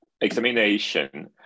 examination